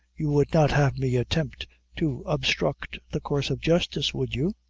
you would not have me attempt to obstruct the course of justice, would you?